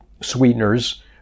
sweeteners